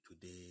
Today